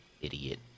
idiot